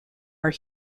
are